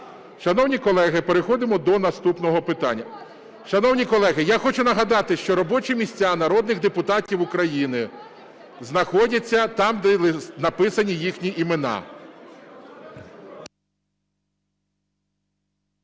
Шановні колеги, переходимо до наступного питання. Шановні колеги, я хочу нагадати, що робочі місця народних депутатів України знаходяться там, де написані їх імена.